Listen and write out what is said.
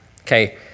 Okay